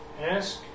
ask